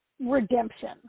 redemption